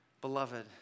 Beloved